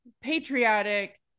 patriotic